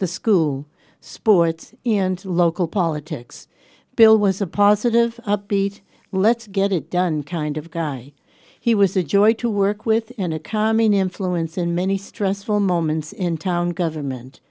the school sports and local politics bill was a positive upbeat let's get it done kind of guy he was a joy to work with and a calming influence in many stressful moments in town government